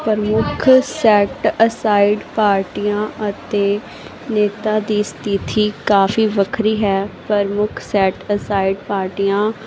ਪ੍ਰਮੁੱਖ set aside ਪਾਰਟੀਆਂ ਅਤੇ ਨੇਤਾ ਦੀ ਸਥਿਤੀ ਕਾਫੀ ਵੱਖਰੀ ਹੈ ਪਰ ਮੁੱਖ ਸੈਟ ਅਸਾਈਡ ਪਾਰਟੀਆਂ